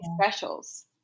specials